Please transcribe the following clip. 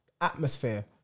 Atmosphere